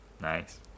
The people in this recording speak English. Nice